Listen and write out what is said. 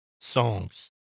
songs